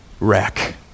wreck